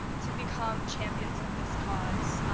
to become champions of this cause?